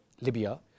Libya